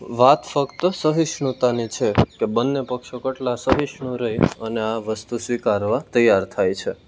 વાત ફક્ત સહિષ્ણુતાની છે બન્ને પક્ષો કેટલા સહિષ્ણુ રહી અને આ વસ્તુ સ્વીકારવા તૈયાર થાય છે